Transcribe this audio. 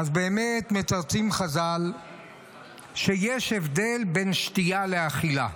אז מתרצים חז"ל שיש הבדל בין שתייה לאכילה.